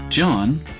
John